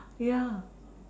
ya